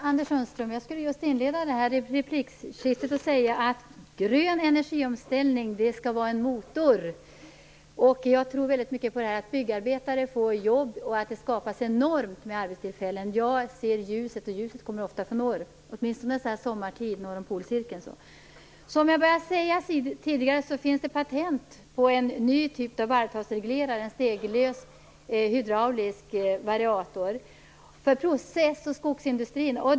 Herr talman! Jag skulle vilja inleda det här replikskiftet, Anders Sundström, med att säga att grön energiomställning skall vara en motor. Jag tror väldigt mycket på det. Byggarbetare får jobb, och det skapas enormt med arbetstillfällen. Jag ser ljuset, och ljuset kommer ofta från norr - åtminstone så här sommartid, norr om polcirkeln. Som jag började säga tidigare, finns det patent på en ny typ av varvtalsreglerare, en steglös, hydraulisk variator för process och skogsindustrin.